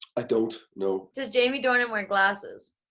ah don't, no. does jamie dornan wear glasses?